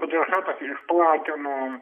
patriarchatas išplatino